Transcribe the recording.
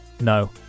No